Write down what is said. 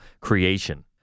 creation